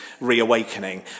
reawakening